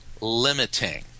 limiting